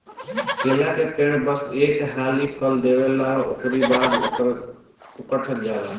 केला के पेड़ बस एक हाली फल देला उकरी बाद इ उकठ जाला